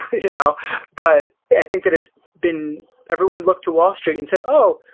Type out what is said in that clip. you know but i think that it's been everyone looked to wall street and said, oh!